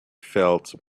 felt